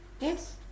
Yes